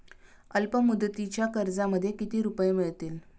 अल्पमुदतीच्या कर्जामध्ये किती रुपये मिळतील?